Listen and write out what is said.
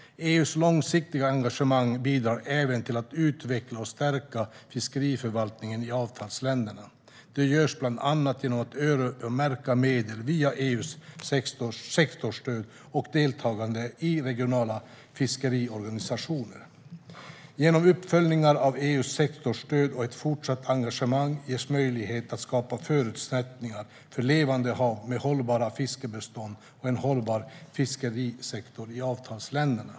EU:s långsiktiga engagemang bidrar även till att utveckla och stärka fiskeriförvaltningen i avtalsländerna. Det görs bland annat genom att öronmärka medel, via EU:s sektorstöd, och genom deltagande i regionala fiskeriorganisationer. Genom uppföljningar av EU:s sektorstöd och ett fortsatt engagemang ges möjlighet att skapa förutsättningar för levande hav med hållbara fiskbestånd och en hållbar fiskerisektor i avtalsländerna.